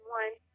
one